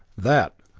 that,